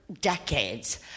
decades